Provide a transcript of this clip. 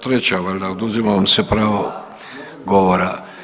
Treća valjda, oduzima vam se pravo govora.